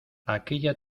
aquella